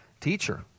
Teacher